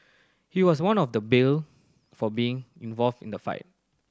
he was out of the bail for being involved in the fight